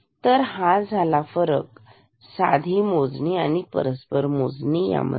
तर हा फरक आहे साधी मोजणी आणि परस्पर मोजणी यामध्ये